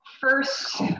First